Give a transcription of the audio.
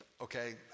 Okay